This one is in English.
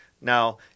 now